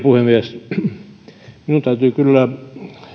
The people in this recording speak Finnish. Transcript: puhemies minun täytyy kyllä